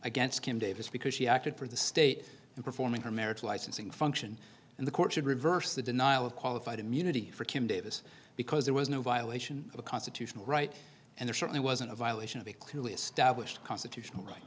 against kim davis because she acted for the state in performing her marriage licensing function and the court should reverse the denial of qualified immunity for kim davis because there was no violation of a constitutional right and there certainly wasn't a violation of a clearly established constitutional right